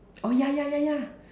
oh ya ya ya ya